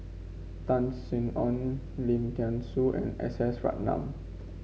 Tan Sin Aun Lim Thean Soo and S S Ratnam